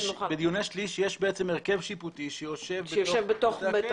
בדיוני שליש יש הרכב שיפוטי שיושב בתוך בתי הכלא.